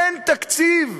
אין תקציב,